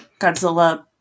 Godzilla